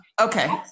Okay